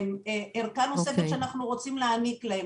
ערכה נוספת שאנחנו רוצים להעניק להם,